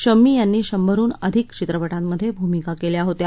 शम्मी यांनी शंभरहून अधिक चित्रपटांमध्ये भूमिका केल्या होत्या